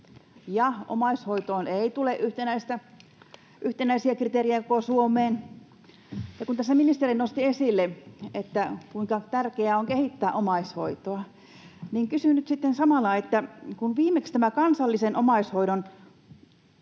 ja omaishoitoon ei tule yhtenäisiä kriteerejä koko Suomeen. Kun tässä ministeri nosti esille, kuinka tärkeää on kehittää omaishoitoa, niin kysyn nyt sitten samalla, että kun viimeksi tämä Kansallinen omaishoidon